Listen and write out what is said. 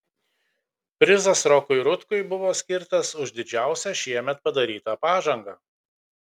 prizas rokui rutkui buvo skirtas už didžiausią šiemet padarytą pažangą